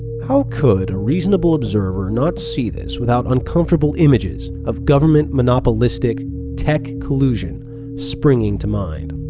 how could a reasonable observer not see this without uncomfortable images of government-monopolistic tech collusion springing to mind?